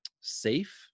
safe